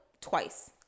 twice